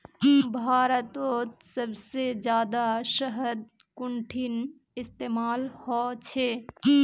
भारतत सबसे जादा शहद कुंठिन इस्तेमाल ह छे